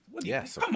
Yes